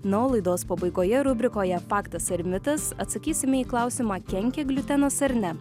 na o laidos pabaigoje rubrikoje faktas ar mitas atsakysime į klausimą kenkia gliutenas ar ne